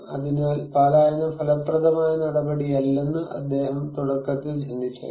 അതിനാൽ പലായനം ഫലപ്രദമായ നടപടിയല്ലെന്ന് അദ്ദേഹം തുടക്കത്തിൽ ചിന്തിച്ചേക്കാം